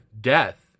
death